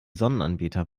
sonnenanbeter